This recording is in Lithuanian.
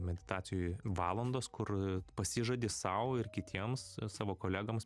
meditacijų valandos kur pasižadi sau ir kitiems savo kolegoms